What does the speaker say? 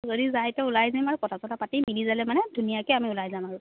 যদি যায় ত' ওলাই দিম আৰু কথা কথা চথা পাতি মিলি ল'লে মানে ধুনীয়াকে আমি ওলাই যাম আৰু